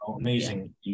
Amazing